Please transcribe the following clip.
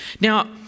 Now